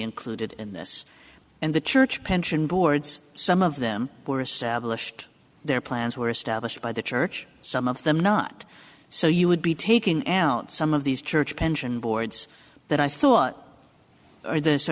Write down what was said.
included in this and the church pension boards some of them were established their plans were established by the church some of them not so you would be taking out some of these church pension boards that i thought were th